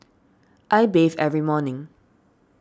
I bathe every morning